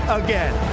again